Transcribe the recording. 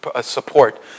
support